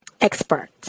Expert